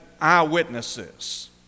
eyewitnesses